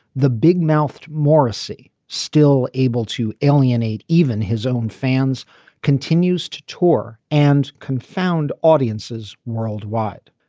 the big mouth morrissey still able to alienate even his own fans continues to tour and confound audiences worldwide.